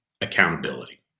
accountability